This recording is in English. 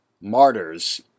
martyrs